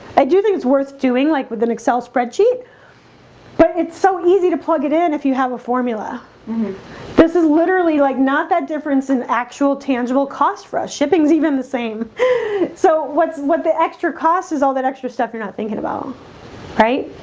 i do think it's worth doing like with an excel spreadsheet but it's so easy to plug it in if you have a formula this is literally like not that difference in actual tangible cost for us shipping is even the same so what's what the extra cost is all that extra stuff? you're not thinking about right?